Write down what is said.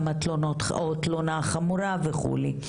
או תלונה חמורה וכולי,